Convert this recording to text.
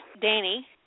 Danny